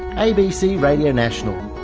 abc radio national.